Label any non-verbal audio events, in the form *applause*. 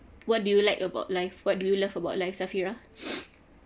what do you like about life what do you love about life safira *breath*